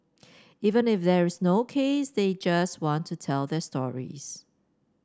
even if there is no case they just want to tell their stories